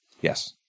Yes